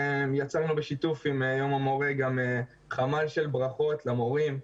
יצרנו בשיתוף עם יום המורה גם חמ"ל של ברכות למורים.